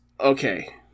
Okay